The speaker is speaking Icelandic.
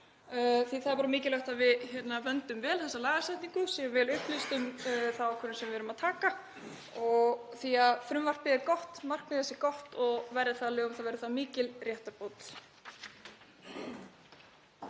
því það er mikilvægt að við vöndum vel þessa lagasetningu, séum vel upplýst um þá ákvörðun sem við erum að taka því að frumvarpið er gott, markmið þess er gott og verði það að lögum verður það mikil réttarbót.